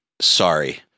Sorry